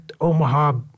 Omaha